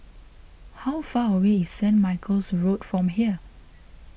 how far away is Saint Michael's Road from here